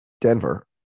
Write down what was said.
Denver